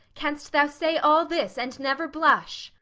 canst thou say all this and never blush?